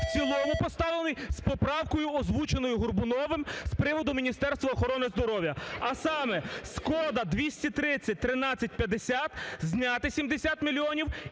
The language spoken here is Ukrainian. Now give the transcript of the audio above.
в цілому, поставлений, з поправкою, озвученою Горбуновим з приводу Міністерства охорони здоров'я, а саме: з коду 2301350 зняти 70 мільйонів